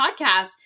podcast